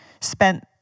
spent